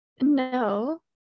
No